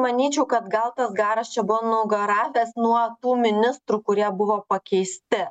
manyčiau kad gal tas garas čia buvo nugaravęs nuo tų ministrų kurie buvo pakeisti